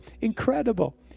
Incredible